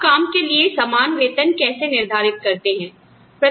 आप काम के लिए समान वेतन कैसे निर्धारित करते हैं